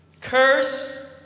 curse